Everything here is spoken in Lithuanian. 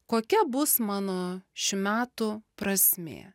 kokia bus mano šių metų prasmė